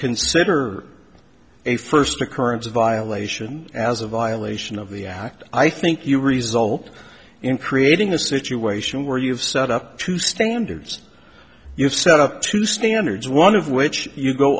consider a first occurrence a violation as a violation of the act i think you result in creating a situation where you've set up to standards you've set up to standards one of which you go